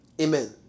Amen